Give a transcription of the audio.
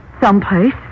someplace